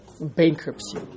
bankruptcy